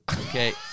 okay